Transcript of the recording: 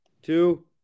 Two